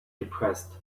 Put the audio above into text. depressed